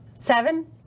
Seven